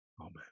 Amen